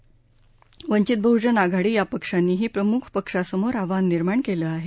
आणि वंचित बहूजन आघाडी या पक्षांनीही प्रमुख पक्षांसमोर आव्हान निर्माण केलंय